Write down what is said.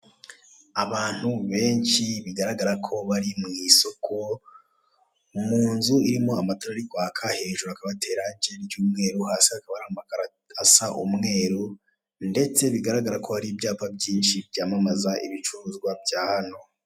Abantu benshi bigaragare ko bari mu isoko mu nzu irimo amatara ari kwaka, hejuru hakaba hateye irange ry'umweru, hasi hakaba hari amakaro asa umweru, ndetse bigaragara ko hari ibyapa byinshi byamamaza ibicuruzwa bya hano.